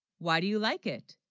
why, do you like it